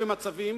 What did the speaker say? במצבים